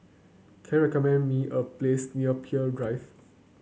can you recommend me a place near Peirce Drive